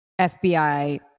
fbi